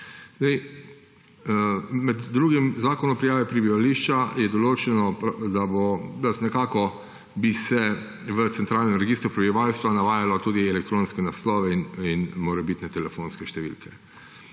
Med drugim je v zakonu o prijavi prebivališča določeno, da bi se v centralnem registru prebivalstva navajali tudi elektronski naslovi in morebitne telefonske številke.